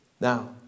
Now